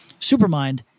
supermind